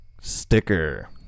sticker